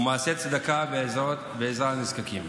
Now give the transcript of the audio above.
מעשי צדקה ועזרה לנזקקים.